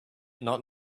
not